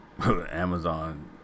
amazon